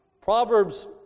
Proverbs